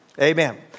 Amen